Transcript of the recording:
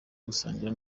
gusangira